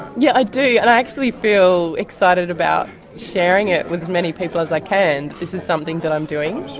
yeah i do, and i actually feel excited about sharing it with as many people as i can this is something that i'm doing.